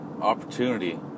opportunity